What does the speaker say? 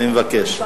אני מבקש.